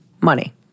money